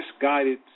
misguided